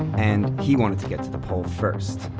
and he wanted to get to the pole first.